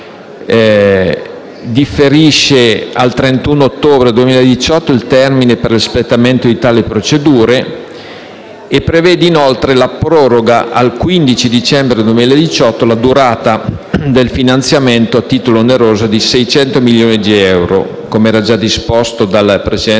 differisca al 31 ottobre 2018 il termine per l'espletamento di tali procedure e prevede, inoltre, la proroga al 15 dicembre 2018 del finanziamento a titolo oneroso di 600 milioni di euro, come originariamente previsto dal precedente